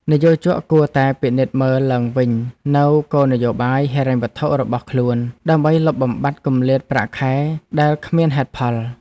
និយោជកគួរតែពិនិត្យមើលឡើងវិញនូវគោលនយោបាយហិរញ្ញវត្ថុរបស់ខ្លួន ដើម្បីលុបបំបាត់គម្លាតប្រាក់ខែដែលគ្មានហេតុផល។